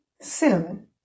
cinnamon